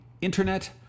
Internet